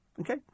Okay